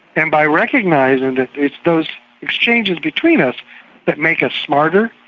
and by recognising that it's those exchanges between us that make us smarter,